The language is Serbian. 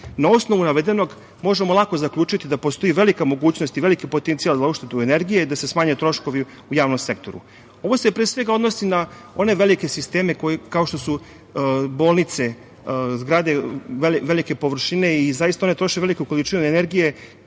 osnovu navedenog, možemo lako zaključiti da postoji velika mogućnost i veliki potencijal za uštedu energije i da se smanje troškovi u javnom sektoru. Ovo se, pre svega, odnosi na one velike sisteme, kao što su bolnice, zgrade velike površine i zaista one troše veliku količinu energije,